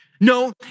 No